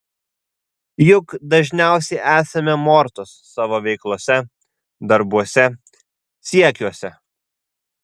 juk dažniausiai esame mortos savo veiklose darbuose siekiuose